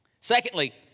Secondly